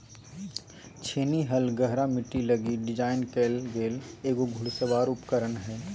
छेनी हल गहरा मिट्टी लगी डिज़ाइन कइल गेल एगो घुड़सवार उपकरण हइ